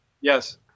Yes